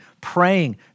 praying